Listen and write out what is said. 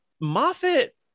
Moffat